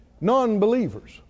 non-believers